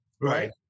right